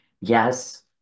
Yes